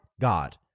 God